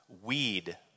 weed